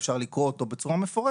אפשר לקרוא אותו בצורה מפורשת,